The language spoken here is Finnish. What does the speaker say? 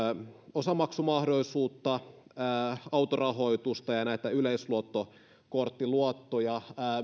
osamaksumahdollisuus autorahoitus ja näitä yleisluottokorttiluottoja